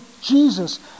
Jesus